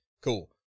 Cool